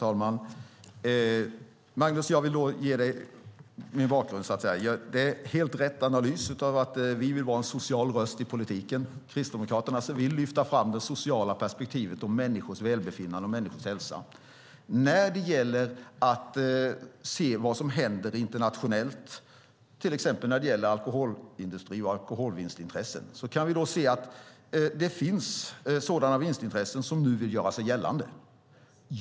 Herr talman! Jag vill ge dig min bakgrund, Magnus. Det är helt rätt analys att vi vill vara en social röst i politiken. Kristdemokraterna vill lyfta fram det sociala perspektivet, människors välbefinnande och människors hälsa. När det gäller vad som händer internationellt, till exempel vad gäller alkoholindustri och alkoholvinstintressen, kan vi se att det finns sådana vinstintressen som nu vill göra sig gällande.